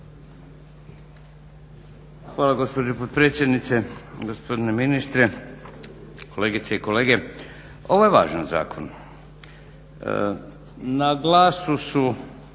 Hvala gospođo potpredsjednice. Gospodine ministre, kolegice i kolege. Ovo je važan zakon. na glasu su